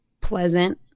pleasant